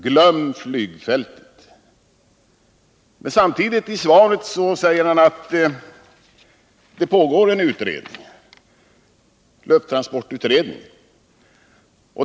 Glöm flygfältet!” I svaret säger statsrådet att det pågår en utredning på detta område, nämligen lufttransportutredningen.